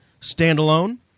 standalone